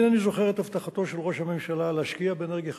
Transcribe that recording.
אני אינני זוכר את הבטחתו של ראש הממשלה להשקיע באנרגיה חלופית.